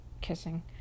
kissing